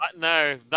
No